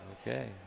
Okay